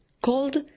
called